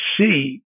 see